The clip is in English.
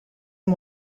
and